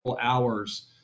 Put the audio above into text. hours